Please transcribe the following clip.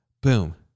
Boom